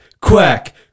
Quack